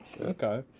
Okay